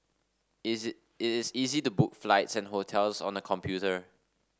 is it is easy to book flights and hotels on the computer